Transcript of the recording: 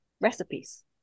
recipes